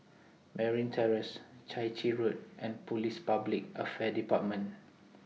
Merryn Terrace Chai Chee Road and Police Public Affairs department